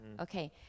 okay